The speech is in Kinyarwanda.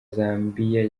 zambiya